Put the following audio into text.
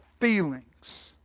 feelings